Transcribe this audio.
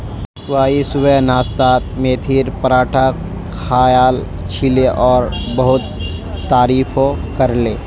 Y सुबह नाश्तात मेथीर पराठा खायाल छिले और बहुत तारीफो करले